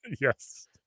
Yes